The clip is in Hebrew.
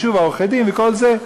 ושוב עורכי-הדין וכל זה.